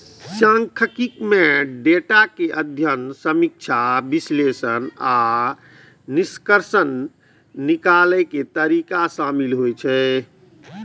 सांख्यिकी मे डेटाक अध्ययन, समीक्षा, विश्लेषण आ निष्कर्ष निकालै के तरीका शामिल होइ छै